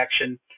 action